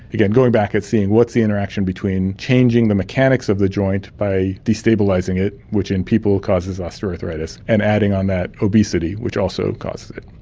going back and seeing what's the interaction between changing the mechanics of the joint by de-stabilising it, which in people causes osteoarthritis, and adding on that obesity, which also causes it.